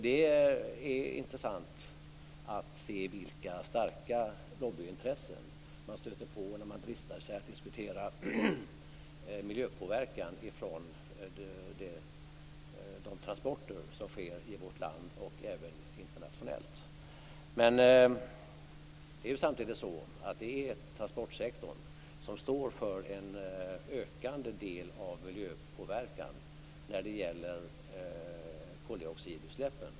Det är intressant att se vilka starka lobbyintressen man stöter på när man dristar sig att diskutera miljöpåverkan från de transporter som sker i vårt land och även internationellt. Men det är samtidigt så att det är transportsektorn som står för en ökande del av miljöpåverkan framför allt när det gäller koldioxidutsläppen.